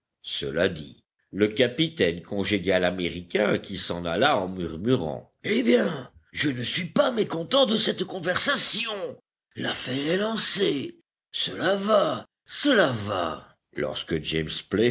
cela dit le capitaine congédia l'américain qui s'en alla en murmurant eh bien je ne suis pas mécontent de cette conversation l'affaire est lancée cela va cela va lorsque james